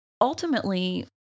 ultimately